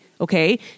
okay